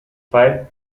five